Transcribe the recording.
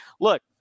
look